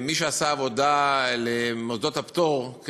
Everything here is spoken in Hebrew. מי שעשה עבודה למוסדות הפטור,